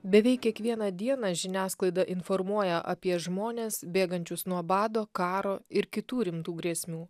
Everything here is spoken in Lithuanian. beveik kiekvieną dieną žiniasklaida informuoja apie žmones bėgančius nuo bado karo ir kitų rimtų grėsmių